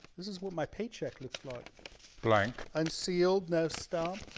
this is what my paycheck looks like blank unsealed no stamp